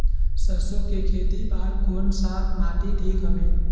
सरसो के खेती बार कोन सा माटी ठीक हवे?